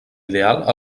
ideal